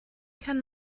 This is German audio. kann